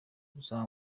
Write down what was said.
gusa